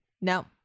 No